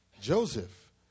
Joseph